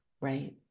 right